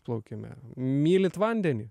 plaukime mylit vandenį